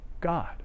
God